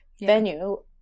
venue